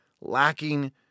lacking